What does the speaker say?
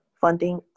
funding